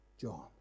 John